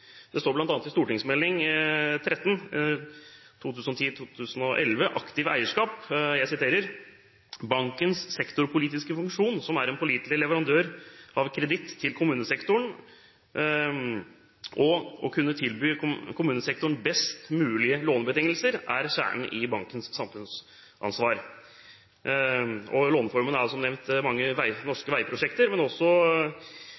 Det står bl.a. i Meld. St. 13 for 2010–2011 Aktivt eierskap: «Bankens sektorpolitiske funksjon som en pålitelig leverandør av kreditt til kommunesektoren og å kunne tilby kommunesektoren best mulig lånebetingelser, er kjernen i bankens samfunnsansvar.» Låneformen har som nevnt gitt lån til mange